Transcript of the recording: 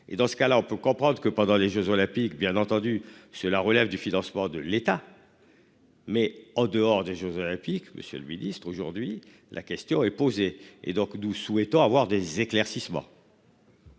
Et dans ce cas-là, on peut comprendre que pendant les Jeux Olympiques bien entendu cela relève du financement de l'État. Mais en dehors des jeux olympiques, monsieur le ministre. Aujourd'hui la question est posée et donc où souhaitant avoir des éclaircissements.